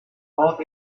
caught